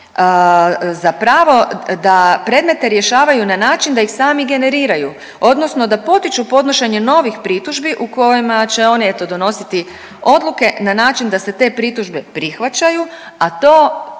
za pravo da predmete rješavaju na način da ih sami generiraju odnosno da potiču podnošenje novih pritužbi u kojima će oni eto donositi odluke na način da se te pritužbe prihvaćaju, a to,